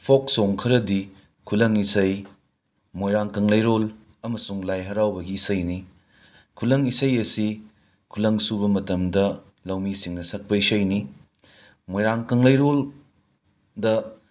ꯐꯣꯛ ꯁꯣꯡ ꯈꯔꯗꯤ ꯈꯨꯂꯪ ꯏꯁꯩ ꯃꯣꯏꯔꯥꯡ ꯀꯪꯂꯩꯔꯣꯜ ꯑꯃꯁꯨꯡ ꯂꯥꯏ ꯍꯔꯥꯎꯕꯒꯤ ꯏꯁꯩꯅꯤ ꯈꯨꯂꯪ ꯏꯁꯩ ꯑꯁꯤ ꯈꯨꯂꯪ ꯁꯨꯕ ꯃꯇꯝꯗ ꯂꯧꯃꯤꯁꯤꯡꯅ ꯁꯛꯄ ꯏꯁꯩꯅꯤ ꯃꯣꯏꯔꯥꯡ ꯀꯪꯂꯩꯔꯣꯜꯗ